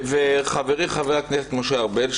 חברי חבר הכנסת משה ארבל,